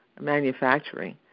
manufacturing